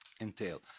entail